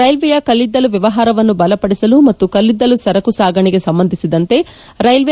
ರೈಲ್ವೆಯ ಕಲ್ಲಿದ್ದಲು ವ್ಕವಹಾರವನ್ನು ಬಲಪಡಿಸಲು ಮತ್ತು ಕಲ್ಲಿದ್ದಲು ಸರಕು ಸಾಗಣೆಗೆ ಸಂಬಂಧಿಸಿದಂತೆ ರೈಲ್ವೆ